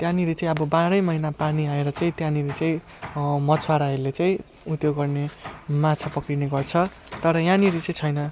त्यहाँनिर चाहिँ अब बाह्रै महिना पानी आएर चाहिँ त्यहाँनिर चाहिँ मछुवाराहरूले चाहिँ उत्यो गर्ने माछा पक्रिने गर्छ तर यहाँनिर चाहिँ छैन